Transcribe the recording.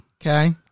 Okay